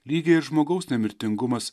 lygiai žmogaus nemirtingumas